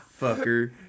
Fucker